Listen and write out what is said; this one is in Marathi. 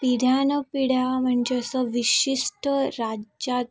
पिढ्यानपिढ्या म्हणजे असं विशिष्ट राज्यात